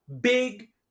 big